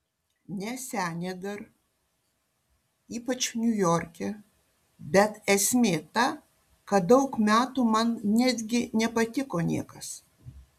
ne senė dar ypač niujorke bet esmė ta kad daug metų man netgi nepatiko niekas